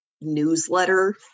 newsletter